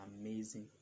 amazing